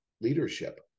leadership